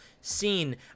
scene